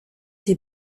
die